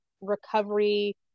recovery